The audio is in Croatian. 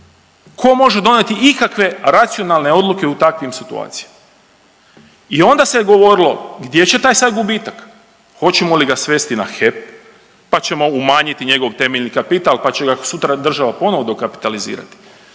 Ko može donijeti ikakve racionalne odluke u takvim situacijama? I onda se govorilo gdje će taj sad gubitak, hoćemo li ga svesti na HEP, pa ćemo umanjiti njegov temeljni kapital, pa će ga sutra država ponovo dokapitalizirati.